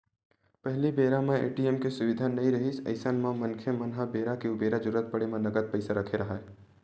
पहिली बेरा म ए.टी.एम के सुबिधा नइ रिहिस अइसन म मनखे मन ह बेरा के उबेरा जरुरत पड़े म नगद पइसा रखे राहय